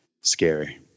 scary